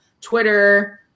Twitter